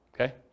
Okay